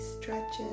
stretches